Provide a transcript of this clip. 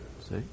See